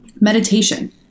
meditation